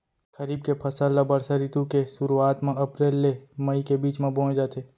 खरीफ के फसल ला बरसा रितु के सुरुवात मा अप्रेल ले मई के बीच मा बोए जाथे